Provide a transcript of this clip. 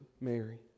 Mary